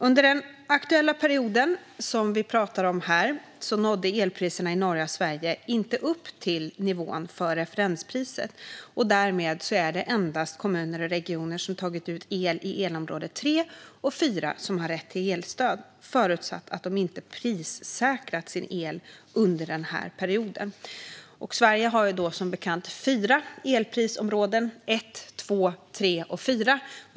Under den aktuella period som vi talar om här nådde elpriserna i norra Sverige inte upp till nivån för referenspriset, och därmed är det endast kommuner och regioner som tagit ut el i elområdena 3 och 4 som har rätt till elstöd, förutsatt att de inte prissäkrat sin el under perioden. Sverige har som bekant fyra elprisområden: 1, 2, 3 och 4.